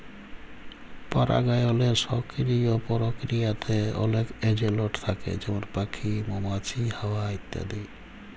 পারাগায়লের সকিরিয় পরকিরিয়াতে অলেক এজেলট থ্যাকে যেমল প্যাখি, মমাছি, হাওয়া ইত্যাদি